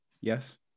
Yes